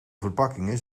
verpakkingen